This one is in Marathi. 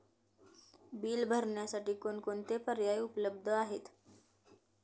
बिल भरण्यासाठी कोणकोणते पर्याय उपलब्ध आहेत?